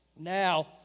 Now